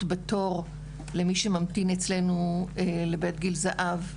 בתור למי שממתין אצלנו לבית גיל זהב,